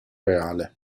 reale